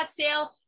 Scottsdale